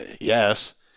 Yes